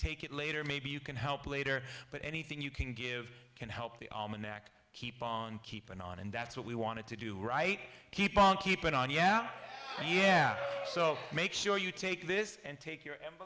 take it later maybe you can help later but anything you can give can help the almanac keep on keepin on and that's what we want to do right keep on keeping on yeah yeah so make sure you take this and take